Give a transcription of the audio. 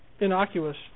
innocuous